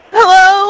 Hello